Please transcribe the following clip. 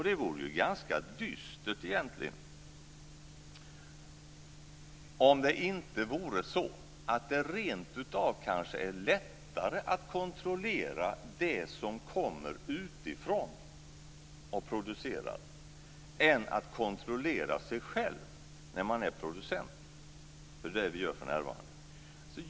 Det vore egentligen ganska dystert om det inte vore så att det kanske rent av är lättare att kontrollera det som produceras externt än att kontrollera sig själv som producent, såsom vi gör för närvarande.